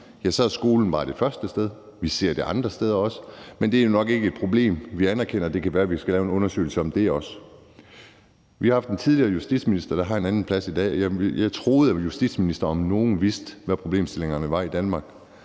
ønsker, er skolen bare det første sted. Vi ser det andre steder også, men det er nok ikke et problem, vi anerkender. Det kan være, vi skal lave en undersøgelse af det også. Vores tidligere justitsminister har en anden plads i dag, og jeg troede, at justitsministeren om nogen vidste, hvad problemstillingerne var i Danmark,